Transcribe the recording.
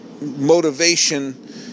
motivation